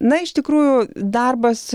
na iš tikrųjų darbas